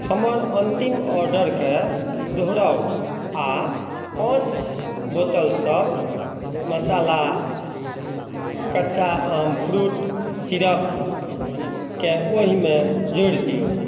हमर अन्तिम ऑर्डरके दोहराउ आ पाँच बोतलसभ मसाला कच्चा आम फ्रूट सिरपकेँ ओहिमे जोड़ि दियौ